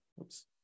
Oops